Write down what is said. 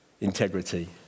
integrity